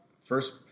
First